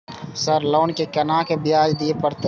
Sir loan के केना ब्याज दीये परतें?